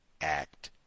Act